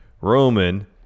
Roman